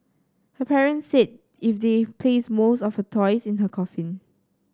her parents said if they placed most of her toys in her coffin